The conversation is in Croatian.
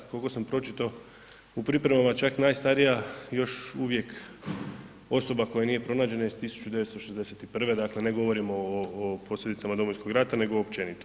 Koliko sam pročito u pripremama čak najstarija još uvijek osoba koja nije pronađena iz 1961., dakle ne govorimo o posljedicama Domovinskoga rata, nego općenito.